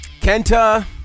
Kenta